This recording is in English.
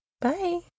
Bye